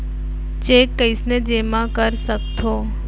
Cheque कईसने जेमा कर सकथो?